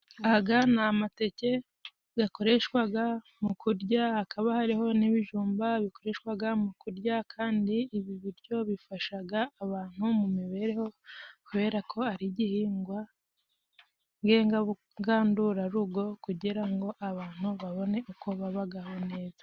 Aya ni amateke akoreshwa mu kurya, hakaba hariho n'ibijumba bikoreshwa mu kurya ,kandi ibi biryo bifasha abantu mu mibereho kuberako ari igihingwa ngandurarugo kugira ngo abantu babone uko babaho neza.